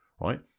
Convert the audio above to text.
right